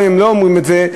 גם אם הם לא אומרים את זה,